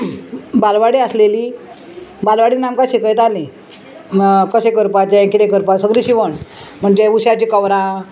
बालवाडी आसलेली बालवाडीन आमकां शिकयतालीं कशें करपाचें किदें करपा सगलीं शिंवण म्हणजे उश्याचीं कवरां